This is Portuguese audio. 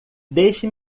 deixe